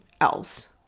else